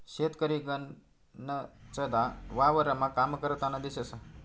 शेतकरी गनचदा वावरमा काम करतान दिसंस